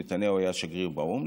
נתניהו היה אז שגריר באו"ם,